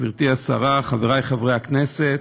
גברתי השרה, חברי חברי הכנסת,